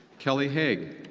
kelly haag,